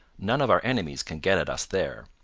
none of our enemies can get at us there,